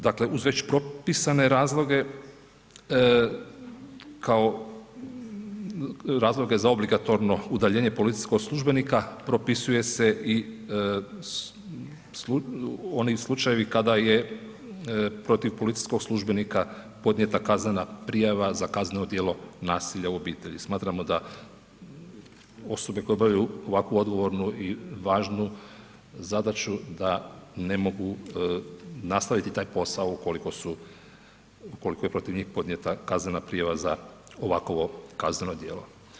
Dakle uz već propisane razloge, kao razloge za obligatorno udaljenje policijskog službenika, propisuje se i oni slučajevi kada je protiv policijskog službenika podnijeta kaznena prijava za kazneno djelo nasilja u obitelji, smatramo da osobe koje obavljaju ovakvu odgovornu i važnu zadaću da ne mogu nastaviti taj posao ukoliko je protiv njih podnijeta kaznena prijava za ovakovo kazneno djelo.